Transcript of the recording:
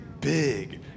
big